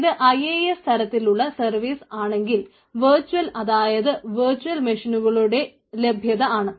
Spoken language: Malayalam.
ഇത് IAS തരത്തിലുള്ള സർവീസ് ആണെങ്കിൽ വർച്വൽ അതായത് വെർച്ച്വൽ മെഷീനുകളുടെ ലഭ്യത ആണ്